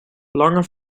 lange